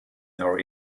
nor